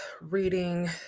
reading